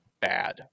bad